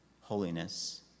holiness